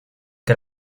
que